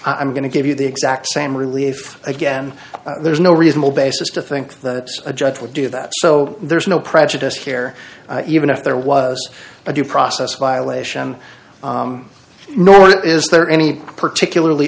i'm going to give you the exact same relief again there's no reasonable basis to think that a judge would do that so there's no prejudice care even if there was a due process violation nor is there any particularly